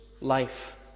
life